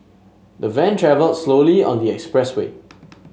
the van travel slowly on the expressway